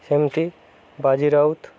ସେମିତି ବାଜି ରାଉତ